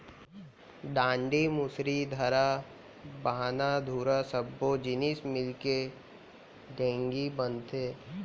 डांड़ी, मुसरी, थरा, बाहना, धुरा सब्बो जिनिस मिलके ढेंकी बनथे